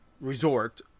Resort